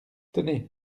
tenez